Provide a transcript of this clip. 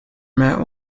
met